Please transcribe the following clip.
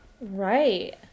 Right